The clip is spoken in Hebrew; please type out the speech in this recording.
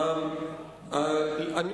אדוני היושב-ראש,